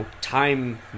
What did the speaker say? time